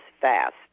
fast